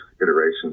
iterations